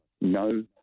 no